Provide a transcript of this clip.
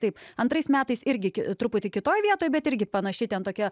taip antrais metais irgi truputį kitoj vietoj bet irgi panaši ten tokia